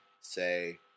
say